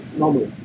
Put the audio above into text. normal